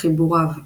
חיבוריו